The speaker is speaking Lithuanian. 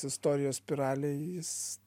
istorijos spiralė jis